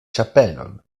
ĉapelon